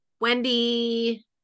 Wendy